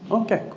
okay cool,